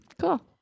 cool